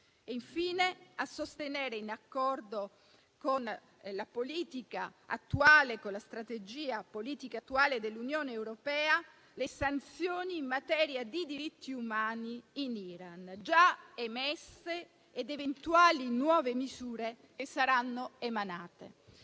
asiatico; a sostenere, in accordo con la *policy* dell'Unione europea, le sanzioni in materia di diritti umani in Iran già emesse ed eventuali nuove misure che saranno emanate.